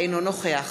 אינו נוכח